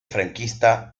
franquista